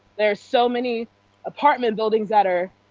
there are so many apartment buildings, that are